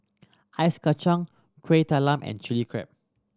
Ice Kachang Kuih Talam and Chilli Crab